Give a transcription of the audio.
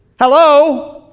Hello